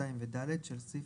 זה בעצם השיטה